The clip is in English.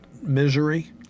misery